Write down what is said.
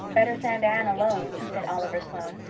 better send anne alone, said oliver sloane.